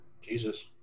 Jesus